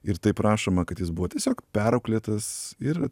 ir taip rašoma kad jis buvo tiesiog perauklėtas ir